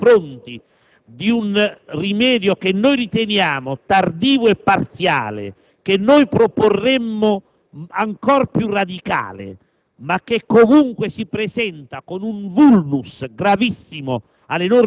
il nostro atteggiamento assolutamente responsabile nei confronti di un rimedio che noi riteniamo tardivo e parziale, che noi proporremmo in forma ancora più radicale,